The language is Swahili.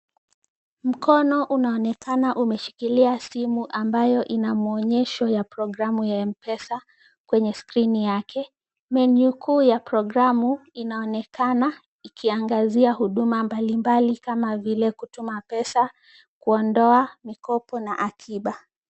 Mkono unaonekana umeshikilia simu ambayo inamwonyesho ya programu ya M-pesa kwenye skrini yake. Menu kuu ya programu inaonekana ikiangazia huduma mbali mbali kama vile kutuma pesa, kuondoa mikopo na akiba.